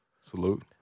Salute